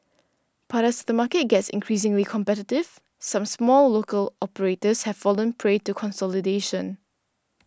but as the market gets increasingly competitive some small local operators have fallen prey to consolidation